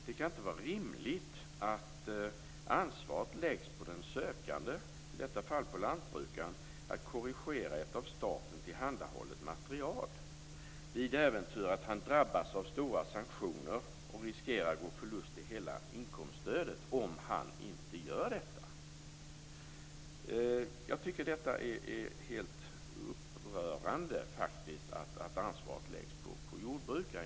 Det kan inte vara rimligt att ansvaret läggs på den sökande, i detta fall på lantbrukaren, för att korrigera ett av staten tillhandahållet material, vid äventyr att han drabbas av stora sanktioner och riskerar att gå förlustig hela inkomststödet om han inte gör detta. Jag tycker faktiskt att det är helt upprörande att ansvaret läggs på jordbrukaren.